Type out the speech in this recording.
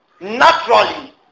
Naturally